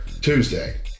Tuesday